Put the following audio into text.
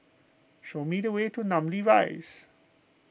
show me the way to Namly Rise